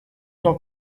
not